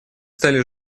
стали